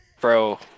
bro